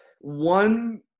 one